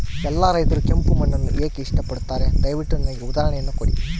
ಎಲ್ಲಾ ರೈತರು ಕೆಂಪು ಮಣ್ಣನ್ನು ಏಕೆ ಇಷ್ಟಪಡುತ್ತಾರೆ ದಯವಿಟ್ಟು ನನಗೆ ಉದಾಹರಣೆಯನ್ನ ಕೊಡಿ?